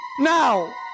Now